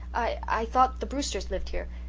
i i thought the brewsters lived here.